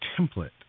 template